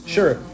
Sure